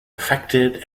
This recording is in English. affected